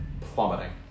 plummeting